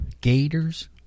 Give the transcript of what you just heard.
gators